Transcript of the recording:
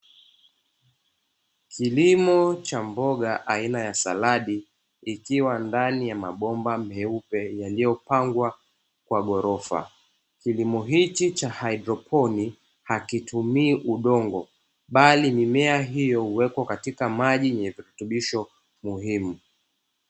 kilimo cha mboga aina saladi kikiwa ndani ya mabomba meupe yaliyopandwa kwa ghorofa, kilimo hiki cha haidroponi hakitumii udongo bali mimea hiyo huwekwa katika maji yenye virutubisho muhimu.